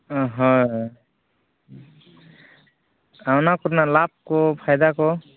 ᱦᱮᱸ ᱚᱱᱟ ᱠᱚᱨᱮᱱᱟᱜ ᱞᱟᱵᱽ ᱠᱚ ᱯᱷᱟᱭᱫᱟ ᱠᱚ